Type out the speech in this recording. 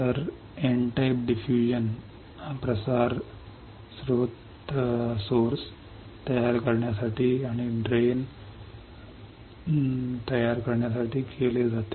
तर N type diffusion स्त्रोत तयार करण्यासाठी आणि ड्रेन तयार करण्यासाठी केले जाते